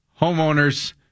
homeowners